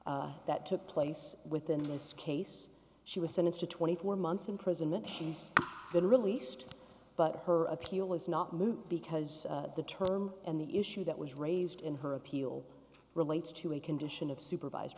counts that took place within this case she was sentenced to twenty four months imprisonment she's been released but her appeal is not moot because the term and the issue that was raised in her appeal relates to a condition of supervised